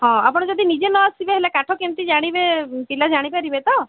ହଁ ଆପଣ ଯଦି ନିଜେ ନଆସିବେ ହେଲେ କାଠ କେମିତି ଜାଣିବେ ପିଲା ଜାଣିପାରିବେ ତ